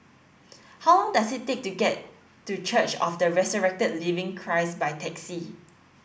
how long does it take to get to Church of the Resurrected Living Christ by taxi